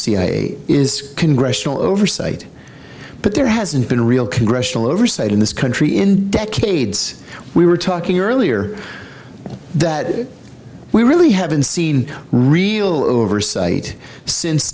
cia is congressional oversight but there hasn't been a real congressional oversight in this country in decades we were talking earlier that we really haven't seen real oversight since